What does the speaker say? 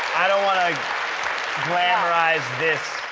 i don't want to glamorize this.